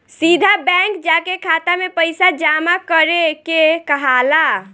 सीधा बैंक जाके खाता में पइसा जामा करे के कहाला